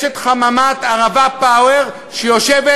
יש חממת "ערבה פאוור", שיושבת